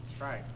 Right